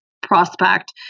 prospect